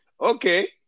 okay